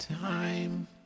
time